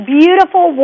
beautiful